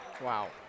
Wow